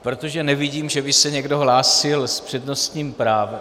Protože nevidím, že by se někdo hlásil s přednostním právem...